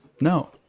No